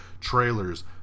trailers